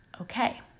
Okay